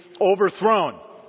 overthrown